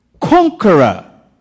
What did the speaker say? conqueror